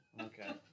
Okay